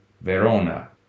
Verona